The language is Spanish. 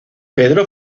pedro